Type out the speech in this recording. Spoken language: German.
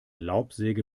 laubsäge